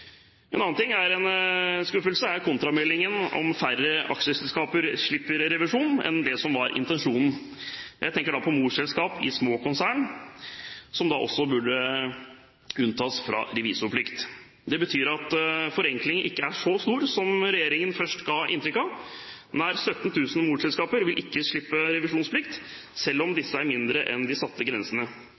En annen skuffelse er kontrameldingen om at færre aksjeselskaper slipper revisjon enn det som var intensjonen. Jeg tenker da på morselskap i små konsern, som også burde unntas fra revisorplikt. Det betyr at forenklingen ikke er så stor som regjeringen først ga inntrykk av. Nær 17 000 morselskaper vil ikke slippe revisjonsplikt selv om disse er mindre enn de satte grensene.